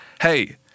hey